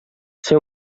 ser